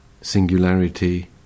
singularity